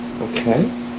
Okay